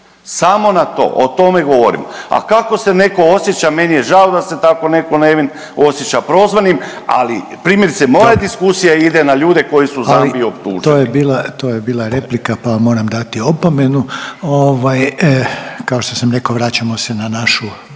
samo na to o tome govorimo. A kako se neko osjeća meni je žao da se tako neko nevin osjeća prozvanim, ali primjerice moja …/Upadica Reiner: Dobro./… diskusija ide na ljude koji su u Zambiji optuženi. **Reiner, Željko (HDZ)** To je bila replika pa vam moram dati opomenu. Kao što sam rekao vraćamo se na našu